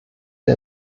der